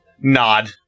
nod